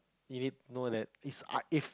you need know that is if